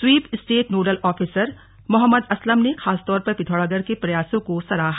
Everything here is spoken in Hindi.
SVEEP state nodal officer Mohammad Aslam ने खासतौर पर पिथौरागढ़ के प्रयासों को सराहा